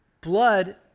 blood